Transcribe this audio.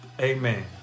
Amen